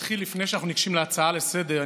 לפני שאנחנו ניגשים להצעה לסדר-היום,